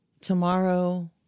Tomorrow